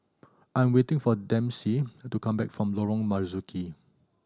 I am waiting for Dempsey to come back from Lorong Marzuki